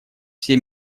все